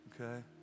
Okay